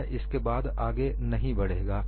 यह इसके बाद आगे नहीं बढ़ेगा